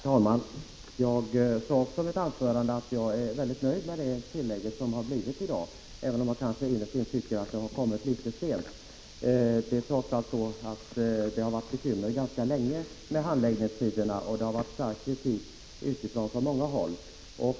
Herr talman! Jag sade i mitt anförande att jag är mycket nöjd med det tillägg som gjorts här, även om jag kanske innerst inne tycker att det kommit väl sent. Det har trots allt rått bekymmer ganska länge i fråga om handläggningstiderna, och stark kritik utifrån har framförts många gånger.